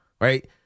right